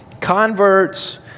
Converts